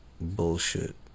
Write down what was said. Bullshit